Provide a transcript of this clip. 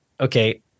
okay